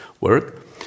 work